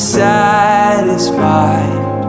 satisfied